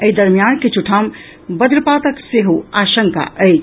एहि दरमियान किछु ठाम वज्रपातक सेहो आशंका अछि